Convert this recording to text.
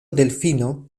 delfino